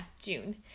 june